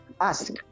ask